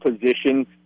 positions